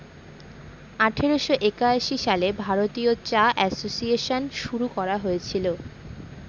আঠারোশো একাশি সালে ভারতীয় চা এসোসিয়েসন শুরু করা হয়েছিল